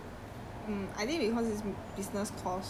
how come you got exemption you got related topics uh